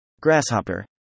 Grasshopper